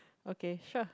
okay sure